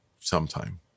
sometime